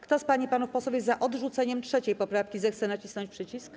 Kto z pań i panów posłów jest za odrzuceniem 3. poprawki, zechce nacisnąć przycisk.